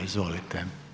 Izvolite.